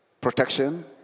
protection